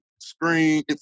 screen